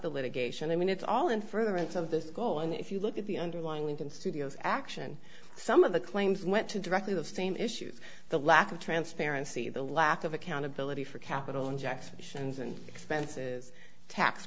the litigation i mean it's all in furtherance of the goal and if you look at the underlying link in studio action some of the claims went to directly the same issues the lack of transparency the lack of accountability for capital injections and expenses tax